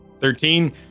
Thirteen